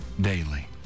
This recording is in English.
daily